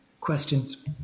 questions